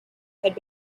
had